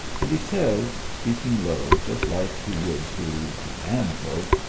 and he says, speaking low just like he would to a man-folk,